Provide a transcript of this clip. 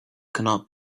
cannot